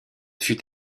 fut